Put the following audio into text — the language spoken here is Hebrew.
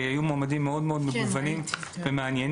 היו מועמדים מאוד מאוד מגוונים ומעניינים.